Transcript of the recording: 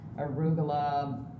arugula